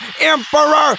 emperor